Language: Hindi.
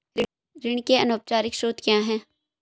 ऋण के अनौपचारिक स्रोत क्या हैं?